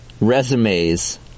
resumes